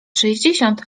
sześćdziesiąt